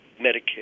Medicare